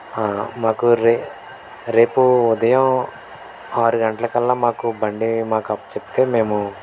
మాకు రే రేపు ఉదయం ఆరు గంటల కల్లా మాకు బండి మాకు అప్ప చెప్తే మేము